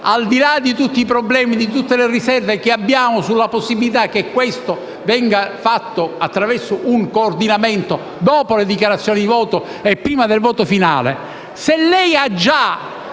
(al di là di tutti i problemi e le riserve che abbiamo sulla possibilità che questo venga fatto attraverso un coordinamento, dopo le dichiarazioni di voto e prima del voto finale), se ha già